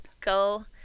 go